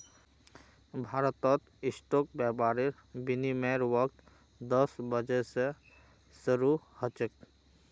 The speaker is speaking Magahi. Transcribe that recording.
भारतत स्टॉक व्यापारेर विनियमेर वक़्त दस बजे स शरू ह छेक